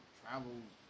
travels